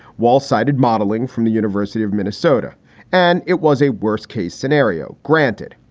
while cited modelling from the university of minnesota and it was a worst case scenario. granted,